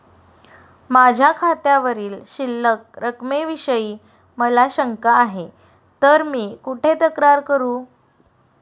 माझ्या खात्यावरील शिल्लक रकमेविषयी मला शंका आहे तर मी कुठे तक्रार करू?